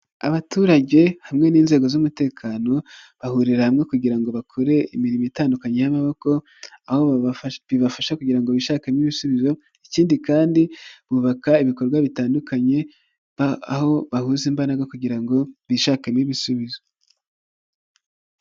Abaturage hamwe n'inzego z'umutekano bahurira hamwe kugira ngo bakore imirimo itandukanye y'amaboko aho bibafasha kugira ngo bishakemo ibisubizo, ikindi kandi bubaka ibikorwa bitandukanye aho bahuza imbaraga kugira ngo bishakemo ibisubizo.